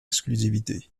exclusivité